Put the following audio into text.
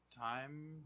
time